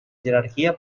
jerarquia